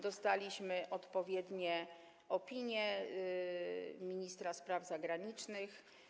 Dostaliśmy odpowiednie opinie ministra spraw zagranicznych.